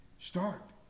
start